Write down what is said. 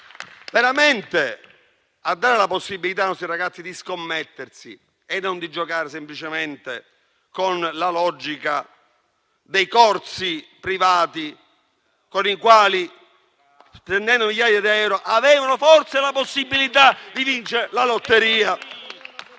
veramente dando la possibilità ai nostri ragazzi di mettersi in gioco e non di andare avanti semplicemente con la logica dei corsi privati con i quali, spendendo migliaia di euro, avevano forse la possibilità di vincere la lotteria.